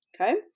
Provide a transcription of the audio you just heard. Okay